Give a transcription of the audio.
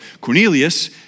Cornelius